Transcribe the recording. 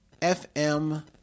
FM